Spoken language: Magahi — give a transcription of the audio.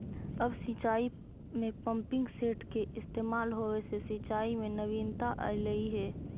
अब सिंचाई में पम्पिंग सेट के इस्तेमाल होवे से सिंचाई में नवीनता अलइ हे